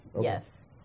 Yes